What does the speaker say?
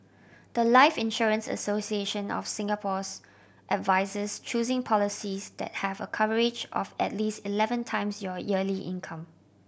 the life Insurance Association of Singapore's advises choosing policies that have a coverage of at least eleven times your yearly income